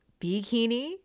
bikini